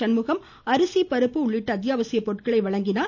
சண்முகம் அரிசி பருப்பு உள்ளிட்ட அத்யாவசிய பொருட்களை இன்று வழங்கினார்